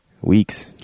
weeks